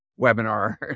webinar